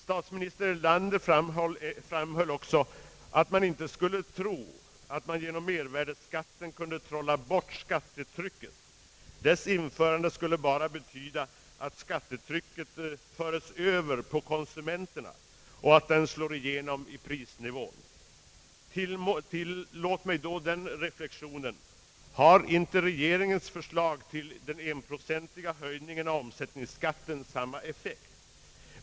Statsminister Erlander framhöll också att man inte skulle tro att man genom mervärdeskatten kunde trolla bort skattetrycket. Skattens införande skulle bara betyda att skattetrycket fördes över på konsumenterna och att skatten slog igenom i prisnivån. Tillåt mig då den reflexionen: Har inte regeringens förslag till den enprocentiga höjningen av omsättningsskatten samma effekt?